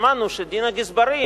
שמענו שדין הגזברים,